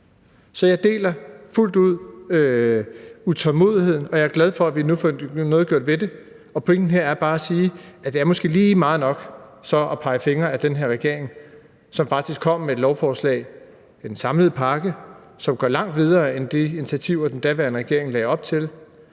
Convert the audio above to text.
Jeg deler fuldt ud utålmodigheden, og jeg er glad for, at vi nu får gjort noget ved det. Pointen her er bare, at det måske er lige lovlig frisk at pege fingre ad den her regering, som faktisk kommer med et lovforslag, en samlet pakke, som går langt videre end de initiativer, den daværende regering lagde op til,